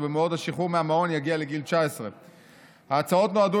ובמועד השחרור מהמעון יגיע לגיל 19. ההצעות נועדו